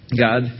God